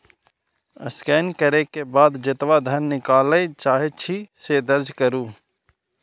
scan करै के बाद जेतबा धन निकालय चाहै छी, से दर्ज करू